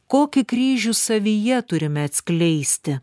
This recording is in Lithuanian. kokį kryžių savyje turime atskleisti